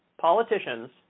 politicians